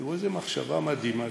תראו איזו מחשבה מדהימה.